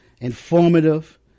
informative